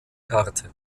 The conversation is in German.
karte